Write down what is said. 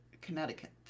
Connecticut